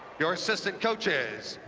your assistant coaches,